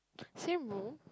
same room